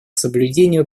соблюдению